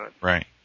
Right